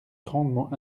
grandement